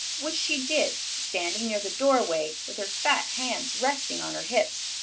which she did standing near the doorway with her fat hands resting on her hips.